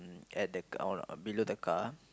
mm at the oh below the car